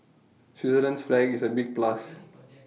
Switzerland's flag is A big plus